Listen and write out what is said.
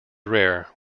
rare